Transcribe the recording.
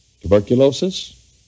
tuberculosis